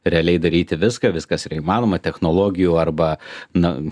realiai daryti viską viskas yra įmanoma technologijų arba na